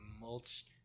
mulch